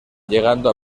llegando